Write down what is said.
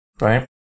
Right